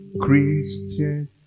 Christian